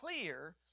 clear